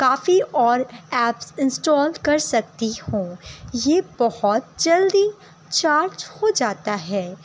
کافی اور apps install کر سکتی ہوں یہ بہت جلدی چارج ہو جاتا ہے